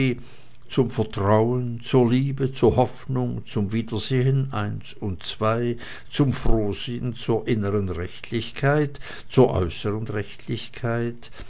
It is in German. zum vertrauen zur liebe zur hoffnung zum wiedersehen und zum frohsinn zur inneren rechtlichkeit zur äußeren rechtlichkeit